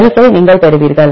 வரிசை நீங்கள் பெறுவீர்கள்